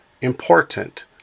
important